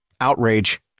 outrage